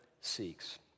seeks